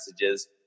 messages